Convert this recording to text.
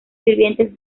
sirvientes